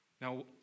Now